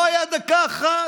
הוא לא היה דקה אחת